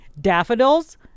Daffodils